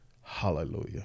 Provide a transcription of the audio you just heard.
hallelujah